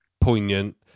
poignant